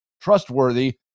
trustworthy